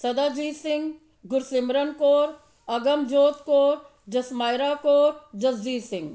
Sadajit Singh Gursimran Kaur Agamjot Kaur Jasmaira Kaur Jasjit Singh